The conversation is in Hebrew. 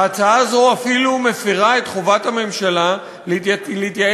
ההצעה הזאת אפילו מפרה את חובת הממשלה להתייעץ